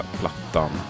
plattan